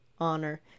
honor